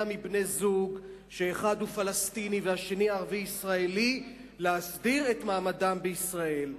מבני-זוג שאחד הוא פלסטיני והשני ערבי-ישראלי להסדיר את מעמדם בישראל.